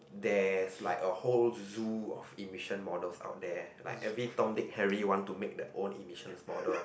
that's like a whole zoo of emission models out there like every Tom Dick Harry want to make their own emissions model